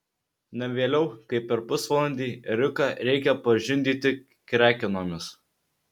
ne vėliau kaip per pusvalandį ėriuką reikia pažindyti krekenomis